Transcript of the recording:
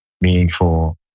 meaningful